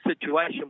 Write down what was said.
situation